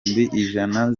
ijana